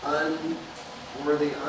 unworthy